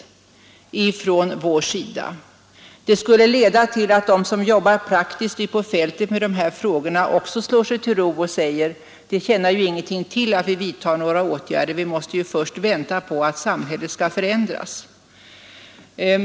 Det kan innebära att de som jobbar praktiskt ute på fältet med de här frågorna slår sig till ro och säger: Det tjänar ju ingenting till att vi vidtar några åtgärder. Vi måste först vänta på att samhället skall förändras.